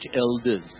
elders